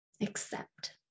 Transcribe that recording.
accept